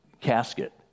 casket